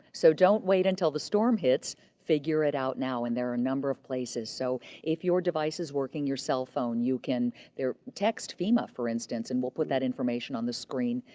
so don't wait until the storm hits, figure it out now. and there are number of places. so if your device is working, your cell phone, you can text fema, for instance, and we'll put that information on the screen.